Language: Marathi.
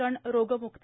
जण रोगम्क्त